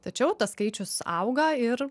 tačiau tas skaičius auga ir